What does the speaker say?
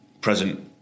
present